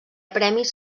premis